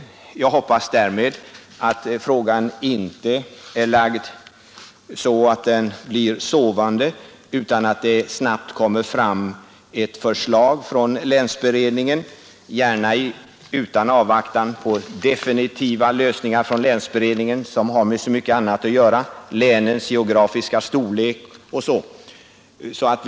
Jag hoppas att frågan därmed inte blir sovande utan att länsberedningen snabbt lägger fram ett förslag, gärna utan att avvakta definitiva lösningar av andra frågor som länsberedningen har att arbeta med såsom exempelvis länens geografiska storlek och sådant.